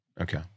okay